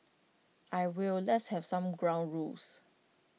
I will let's have some ground rules